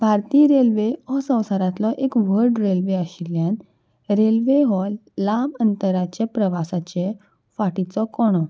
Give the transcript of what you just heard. भारतीय रेल्वे हो संवसारांतलो एक व्हड रेल्वे आशिल्ल्यान रेल्वे हो लांब अंतराचे प्रवासाचे फाटीचो कोणो